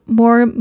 more